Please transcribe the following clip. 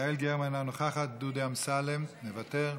יעל גרמן, אינה נוכחת, דודי אמסלם, מוותר,